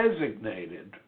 designated